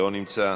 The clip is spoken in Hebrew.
לא נמצא,